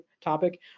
topic